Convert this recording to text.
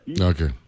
Okay